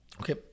okay